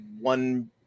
one